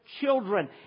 children